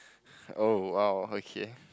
oh !wow! okay